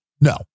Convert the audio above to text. no